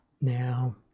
Now